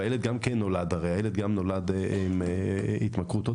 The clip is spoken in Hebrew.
והילד נולד עם התמכרות,